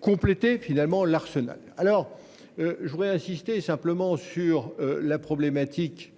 Compléter finalement l'arsenal alors. Je voudrais insister simplement sur la problématique.